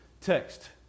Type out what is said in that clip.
text